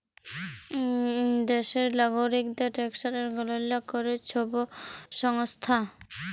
দ্যাশের লাগরিকদের ট্যাকসের গললা ক্যরে ছব সংস্থা